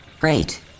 Great